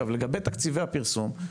לגבי תקציבי הפרסום,